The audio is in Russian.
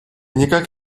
никак